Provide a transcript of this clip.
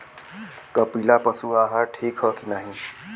कपिला पशु आहार ठीक ह कि नाही?